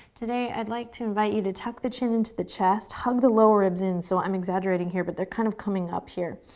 today, i'd like to invite you to tuck the chin into the chest, hug the low ribs in. so i'm exaggerating here, but they're kind of coming up here.